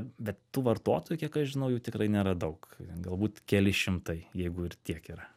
bet tų vartotojų kiek aš žinau jų tikrai nėra daug galbūt keli šimtai jeigu ir tiek yra